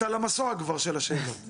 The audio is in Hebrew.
את כבר על המסוע של השאלות.